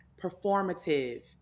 performative